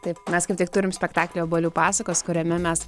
taip mes kaip tik turim spektaklį obuolių pasakos kuriame mes